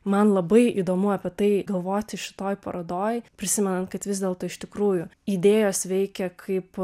man labai įdomu apie tai galvoti šitoj parodoj prisimenant kad vis dėlto iš tikrųjų idėjos veikia kaip